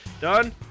Done